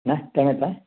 ಹಾಂ ಟೈಮ್ ಆಯಿತಾ